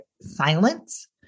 silence